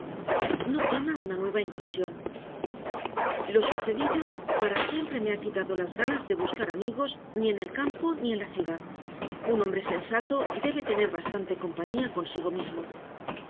no tema una nueva intrusión lo sucedido para siempre me ha quitado las ganas de buscar amigos ni en el campo ni en la ciudad un hombre sensato debe tener bastante compañía consigo mismo